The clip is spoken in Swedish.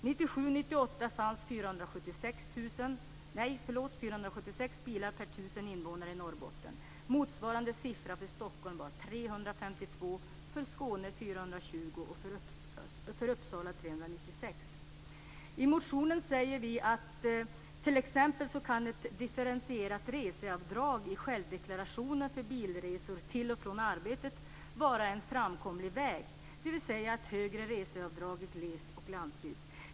1997/98 fanns det Vi framhåller i motionen att t.ex. ett differentierat reseavdrag i självdeklarationen för bilresor till och från arbetet kan vara en framkomlig väg, varvid högre reseavdrag skulle medges i gles och landsbygd.